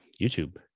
youtube